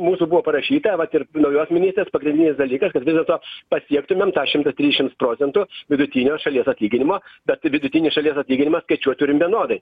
mūsų buvo parašyta vat ir naujos ministrės pagrindinis dalykas kad vis dėlto pasiektumėm tą šimtą trisdešimt procentų vidutinio šalies atlyginimo bet vidutinį šalies atlyginimą skaičiuot turim vienodai